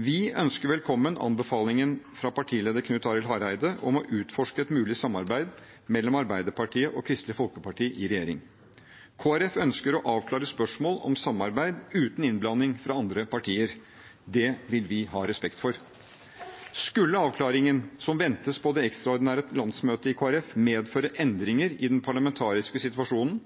Vi ønsker velkommen anbefalingen fra partileder Knut Arild Hareide om å utforske et mulig samarbeid mellom Arbeiderpartiet og Kristelig Folkeparti i regjering. Kristelig Folkeparti ønsker å avklare spørsmål om samarbeid uten innblanding fra andre partier. Det vil vi ha respekt for. Skulle avklaringen som ventes på det ekstraordinære landsmøtet til Kristelig Folkeparti, medføre endringer i den parlamentariske situasjonen,